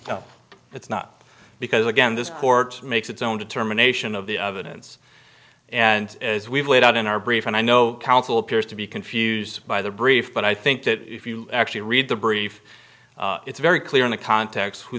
pertinent it's not because again this court makes its own determination of the of events and as we've laid out in our brief and i know counsel appears to be confused by the brief but i think that if you actually read the brief it's very clear in the context who